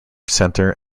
centre